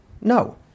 No